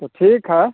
तो ठीक है